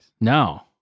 No